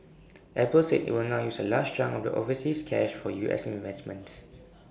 Apple said IT will now use A large chunk of the overseas cash for U S investments